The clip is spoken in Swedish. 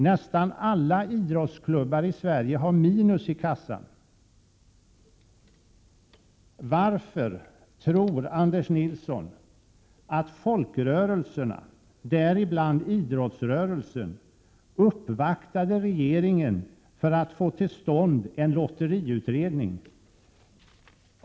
——— Nästan alla idrottklubbar i Sverige har minus i kassan.” Varför tror Anders Nilsson att folkrörelserna, däribland idrottsrörelsen, uppvaktade regeringen för att få till stånd en lotteriutredning?